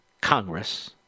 Congress